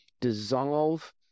dissolve